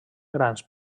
grans